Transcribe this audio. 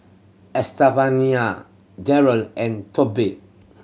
Estefania Jerel and